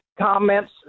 Comments